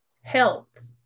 health